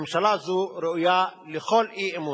הממשלה הזאת ראויה לכל אי-אמון.